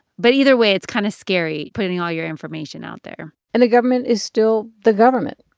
but either way, it's kind of scary putting all your information out there and the government is still the government.